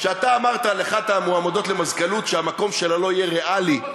כשאתה אמרת על אחת המועמדות למזכ"לות שהמקום שלה לא יהיה ריאלי,